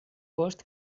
post